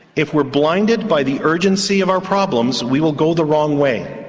if we're blinded by the urgency of our problems, we will go the wrong way,